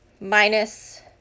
minus